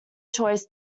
choice